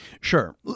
Sure